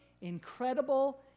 incredible